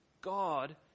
God